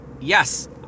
yes